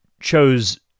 chose